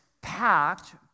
packed